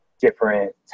different